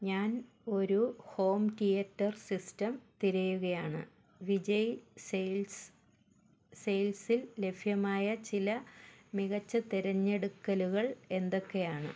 ഞാൻ ഒരു home theatre system തിരയുകയാണ് വിജയ് സെയിൽസ് സെയിൽസിൽ ലഭ്യമായ ചില മികച്ച തിരഞ്ഞെടുക്കലുകൾ എന്തൊക്കെയാണ്